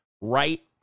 right